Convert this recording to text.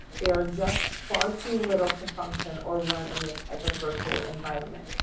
they are just far too little to function or learn in this type of virtual environment.